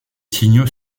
signaux